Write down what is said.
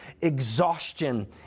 exhaustion